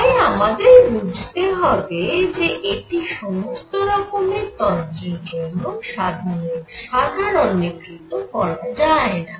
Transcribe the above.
তাই আমাদের বুঝতে হবে যে এটি সমস্ত রকম তন্ত্রের জন্য সাধারণীকৃত করা যায়না